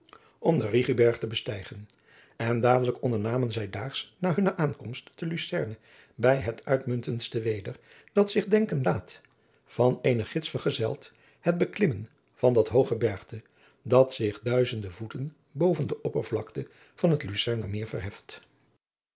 om den rigiberg te bestijgen en dadelijk ondernamen zij daags na hunne aankomst te lucerne bij het uitmuntendste weder dat zich denken laat van een gids verzeld het beklimmen van dat hoog gebergte dat zich duizende voeten boven de oppervlakte van het lucerner meer verheft